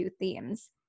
themes